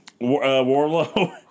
Warlow